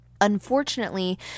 Unfortunately